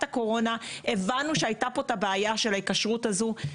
הקורונה הבנו שהייתה כאן בעיה של ההתקשרות הזאת,